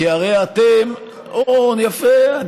כי הרי אתם, אתה תמה, כל היום אתה תמה.